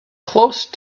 close